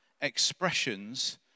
expressions